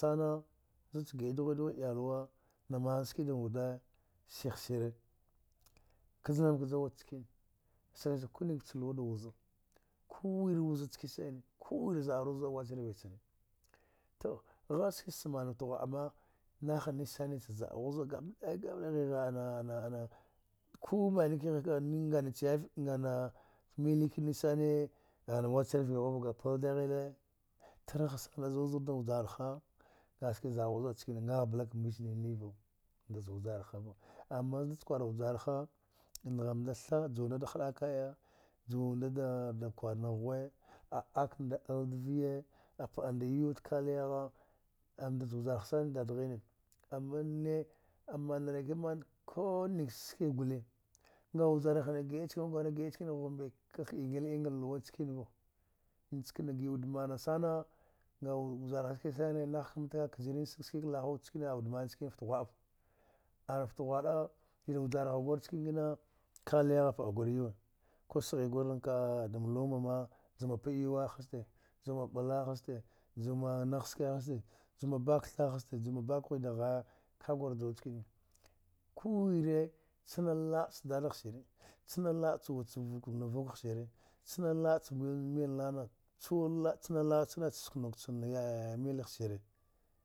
Nana ze wude cha gida dughwede dughwede iyaluwa da mni skina wude sihi shivu, kdznife kdzi kdznife wude nicken lgwa kunike da wuza ka wwre wuza nickene, ku wuve zidaru zidu wuci nvi chana to ski tse mna wude fte ghwala naghani sine ci zidghu zida pgaba daya gaba daya ne ghiha an ku mni kighaka aceye, ana mili ka ni shine luwa ka pla daghile, tragha nickena aszida vjaraha, a ski zidu zida nickmava aghaya bla ka bci naya va za wudeci vjarahava, kwara vjaraha, amma zu eha kwara vjaraha, ngha da tha juwa nda da khdakaya, juwa nda da kwara ngha hwe, a aka nda bila da diviya, pda nda yuwe da klayaha anda ci vjaraha sine dada ghene ammani a madari ta ku nike ci ski gwal, nga vjaraha na gida nckeneva, gida nickene ghumbke ka ingila inga luwa nchinva chana gida wude miana sana au vjara, nakhata kdzari laghawude nickena sini a wude mna nickene fte ohwarava, ana fte bhwa'a chavjara ku kena klaya gwara yuwa ku sihi gwre da luma ma juma pdayuwe zita, jumi bla hzita juma ngha ski zita juma bka tha hzka, juma bka hwe hzta da ghaya hzita ka gwre juwa ncikene ku wire tsina laba cha dadagha sire, tsina laba na wude vku sire, tsina laba cha mililana, tsina laba ga sumuke na yaya sire